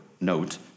note